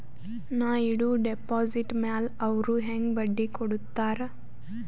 ನಾ ಇಡುವ ಡೆಪಾಜಿಟ್ ಮ್ಯಾಲ ಅವ್ರು ಹೆಂಗ ಬಡ್ಡಿ ಕೊಡುತ್ತಾರ?